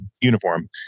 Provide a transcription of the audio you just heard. uniform